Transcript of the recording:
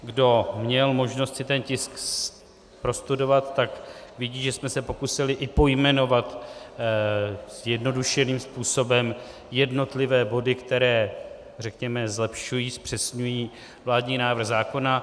Kdo měl možnost si ten tisk prostudovat, tak vidí, že jsme se pokusili i pojmenovat zjednodušeným způsobem jednotlivé body, které, řekněme, zlepšují, zpřesňují vládní návrh zákona.